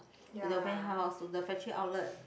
to the warehouse to the factory outlet